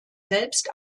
selbst